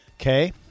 Okay